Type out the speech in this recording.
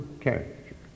character